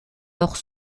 leurs